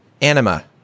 Anima